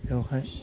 बेवहाय